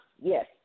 Yes